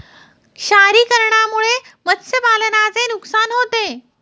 क्षारीकरणामुळे मत्स्यपालनाचे नुकसान होते